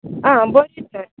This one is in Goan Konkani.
आं बरें तर